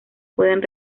pueden